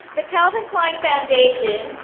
the calvin klein foundation,